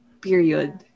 Period